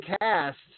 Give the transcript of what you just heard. cast